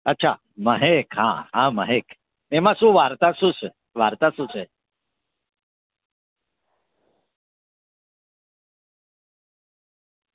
અચ્છા મહેક હા હા મહેક એમાં શું વાર્તા શું છે વાર્તા શું છે